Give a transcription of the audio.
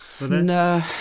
No